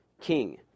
king